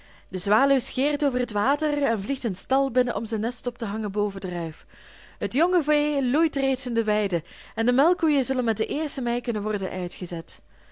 de zwaluw scheert over het water en vliegt een stal binnen om zijn nest op te hangen boven de ruif het jonge vee loeit reeds in de weide en de melkkoeien zullen met den eersten mei kunnen worden uitgezet